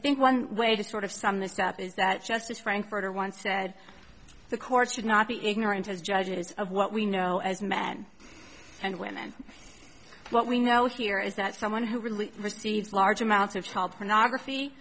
think one way to sort of sum this step is that justice frankfurter once said the courts should not be ignorant as judges of what we know as men and women what we know here is that someone who really receives large amounts of child pornography